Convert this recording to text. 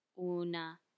una